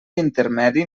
intermedi